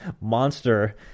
monster